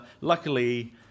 luckily